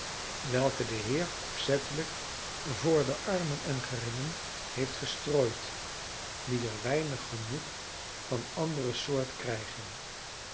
welke de heere opzettelijk voor de armen en geringen heeft gestrooid die er weinig genoeg van andere soort krijgen